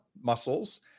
muscles